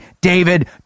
David